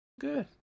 Good